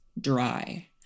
dry